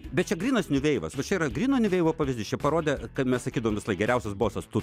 bet čia grynas niuveivas va čia yra gryno niuveivo pavyzdys čia parodė kaip mes sakydavom visąlaik geriausias bosas tu